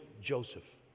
Joseph